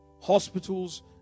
hospitals